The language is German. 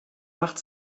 macht